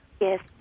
Yes